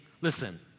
listen